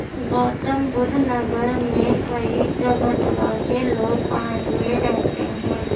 گوتم بدھ نگر میں کئی جگہ جگہ کے لوگ آئے ہوئے رہتے ہیں